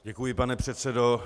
Děkuji, pane předsedo.